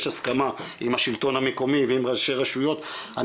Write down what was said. יש הסכמה עם השלטון המקומי ועם ראשי רשויות.